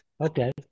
Okay